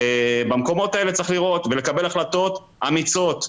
ובמקומות האלה צריך לראות ולקבל החלטות אמיצות,